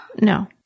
No